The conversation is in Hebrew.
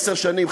עשר שנים,